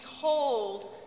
told